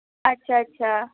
ਅੱਛਾ ਅੱਛਾ